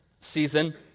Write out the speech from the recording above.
season